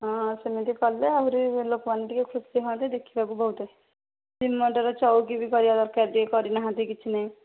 ହଁ ସେମିତି କରିଲେ ଆହୁରି ଲୋକମାନେ ଟିକେ ଖୁସି ହୁଅନ୍ତେ ଦେଖିବାକୁ ବହୁତ ଶ୍ରୀ ମନ୍ଦିର ଚୌକି ବି କରିବା ଦରକାର ଯେ କରି ନାହାନ୍ତି କିଛି ନାହିଁ